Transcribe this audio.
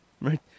Right